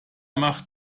macht